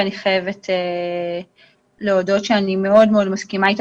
ואני חייבת להודות שאני מאוד מאוד מסכימה איתו,